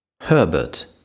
HERBERT